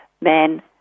men